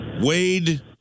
Wade